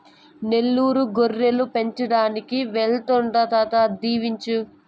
నెల్లూరు గొర్రెలు పెంచడానికి వెళ్తాండా తాత దీవించు